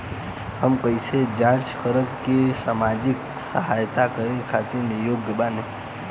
हम कइसे जांच करब की सामाजिक सहायता करे खातिर योग्य बानी?